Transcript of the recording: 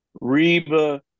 Reba